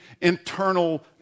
internal